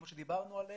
עליהם דיברנו,